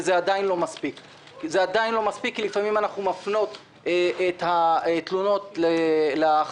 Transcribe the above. וזה עדיין לא מספיק כי לפעמים אנחנו מפנים את התלונות לחברות